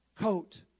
coat